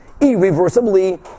irreversibly